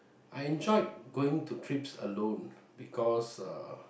I enjoyed going to trips alone because uh